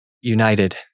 United